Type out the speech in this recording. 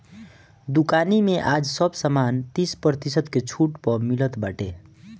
दुकानी में आज सब सामान तीस प्रतिशत के छुट पअ मिलत बाटे